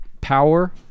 power